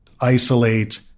isolate